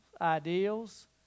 Ideals